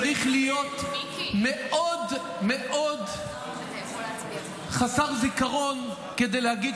צריך להיות מאוד מאוד חסר זיכרון כדי להגיד